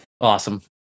Awesome